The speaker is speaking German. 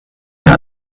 mehr